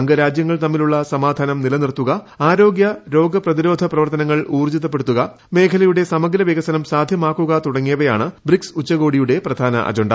അംഗരാജൃങ്ങൾ തമ്മിലുള്ള സമാധാനം നിലനിർത്തുക ആരോഗൃ രോഗ പ്രതിരോധ പ്രവർത്തനങ്ങൾ ഊർജ്ജിതപ്പെടുത്തുക മേഖലയുടെ സമഗ്ര വികസനം സാധ്യമാക്കുക തുടങ്ങിയവയാണ് ബ്രിക്സ് ഉച്ചകോടിയുടെ പ്രധാന അജണ്ട